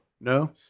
No